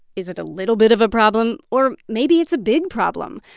is it a little bit of a problem? or maybe it's a big problem.